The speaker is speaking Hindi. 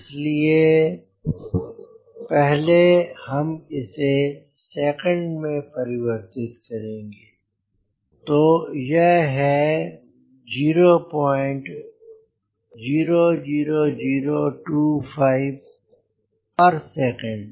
इसलिए पहले हम इसे सेकंड में परिवर्तित करेंगे तो यह है 000025 प्रति सेकंड